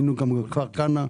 היינו גם בכפר כנא,